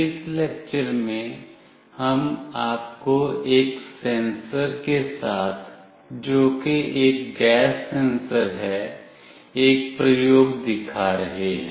इस लेक्चर में हम आपको एक सेंसर के साथ जो कि एक गैस सेंसर है एक प्रयोग दिखा रहे हैं